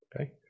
Okay